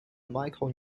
michael